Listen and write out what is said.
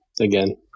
again